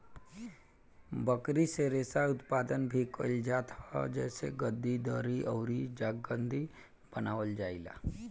बकरी से रेशा उत्पादन भी कइल जात ह जेसे गद्दी, दरी अउरी चांगथंगी बनावल जाएला